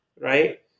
right